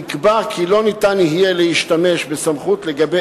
נקבע כי לא יהיה ניתן להשתמש בסמכות לגבי